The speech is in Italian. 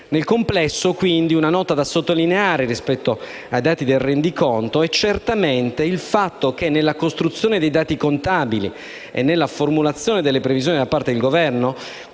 Nel complesso, quindi, una nota da sottolineare rispetto ai dati del Rendiconto è certamente il fatto che, nella costruzione dei dati contabili e nella formulazione delle previsioni da parte del Governo,